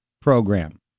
program